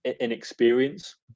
inexperience